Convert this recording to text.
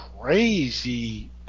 crazy